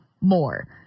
more